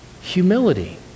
humility